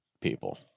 people